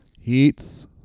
Heats